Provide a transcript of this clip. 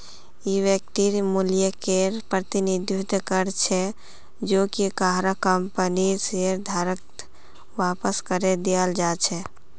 इक्विटीर मूल्यकेर प्रतिनिधित्व कर छेक जो कि काहरो कंपनीर शेयरधारकत वापस करे दियाल् जा छेक